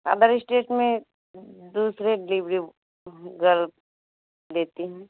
other state में दूसरे गर देते हैं